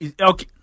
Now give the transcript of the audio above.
Okay